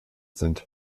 sind